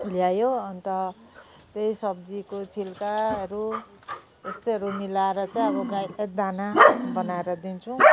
ल्यायो अन्त त्यही सब्जीको छिल्काहरू यस्तोहरू मिलाएर चाहिँ अब गाईको दाना बनाएर दिन्छौँ